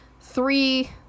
three